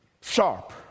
sharp